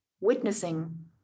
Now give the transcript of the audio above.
witnessing